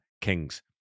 King's